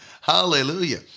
Hallelujah